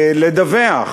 ולדווח.